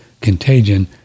contagion